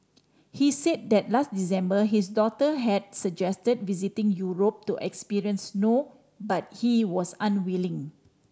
he said that last December his daughter had suggested visiting Europe to experience snow but he was unwilling